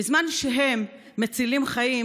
בזמן שהם מצילים חיים,